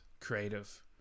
creative